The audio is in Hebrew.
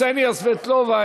קסניה סבטלובה,